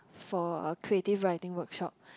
for a creative writing workshop